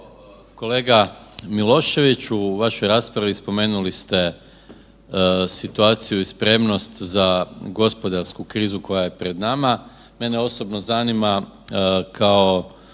Kolega Miloševiću, u vašoj raspravi spomenuli ste situaciju i spremnost za gospodarsku krizu koja je pred nama. Mene osobno zanima kao